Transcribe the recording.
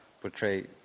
portray